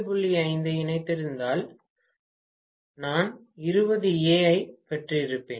5 ஐ இணைத்திருந்தால் Ω நான் 20 ஏ ஐப் பெற்றிருப்பேன்